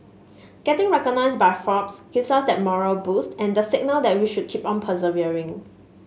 getting recognised by Forbes gives us that morale boost and the signal that we should keep on persevering